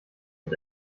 mit